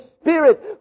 Spirit